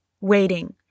waiting